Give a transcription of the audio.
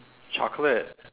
chocolate